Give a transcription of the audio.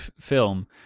film